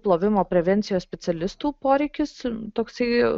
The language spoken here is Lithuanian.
plovimo prevencijos specialistų poreikis toksai